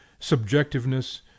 subjectiveness